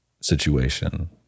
situation